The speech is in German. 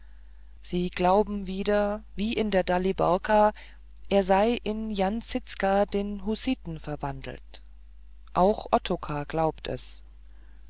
sie glauben wieder wie in der daliborka er sei in jan zizka den hussiten verwandelt auch ottokar glaubt es